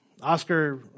Oscar